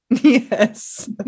Yes